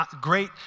great